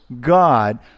God